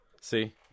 See